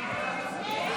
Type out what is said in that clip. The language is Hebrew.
סעיף